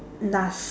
last